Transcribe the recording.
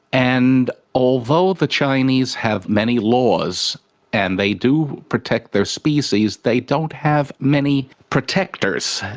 and although the chinese have many laws and they do protect their species, they don't have many protectors.